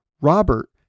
Robert